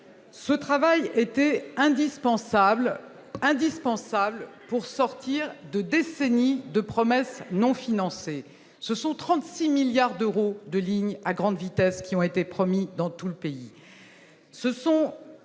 Ce travail était indispensable, indispensable pour sortir de décennies de promesses non financées, ce sont 36 milliards d'euros de lignes à grande vitesse qui ont été promis dans tout le pays,